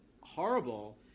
horrible